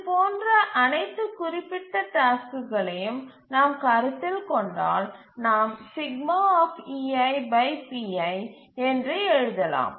இதுபோன்ற அனைத்து குறிப்பிட்ட டாஸ்க்குகளையும் நாம் கருத்தில் கொண்டால் நாம் என்று எழுதலாம்